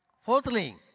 Fourthly